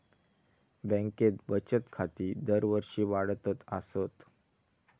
बँकेत बचत खाती दरवर्षी वाढतच आसत